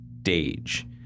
stage